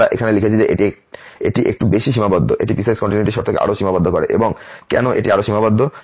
আমরা এখানে লিখেছি যে এটি একটু বেশি সীমাবদ্ধ এটি পিসওয়াইস কন্টিনিউয়িটির শর্তকে আরো সীমাবদ্ধ করে এবং কেন এটি আরো সীমাবদ্ধ